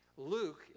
Luke